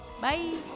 Bye